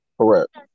Correct